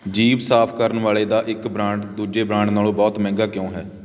ਜੀਭ ਸਾਫ਼ ਕਰਨ ਵਾਲੇ ਦਾ ਇੱਕ ਬ੍ਰਾਂਡ ਦੂਜੇ ਬ੍ਰਾਂਡ ਨਾਲੋਂ ਬਹੁਤ ਮਹਿੰਗਾ ਕਿਉਂ ਹੈ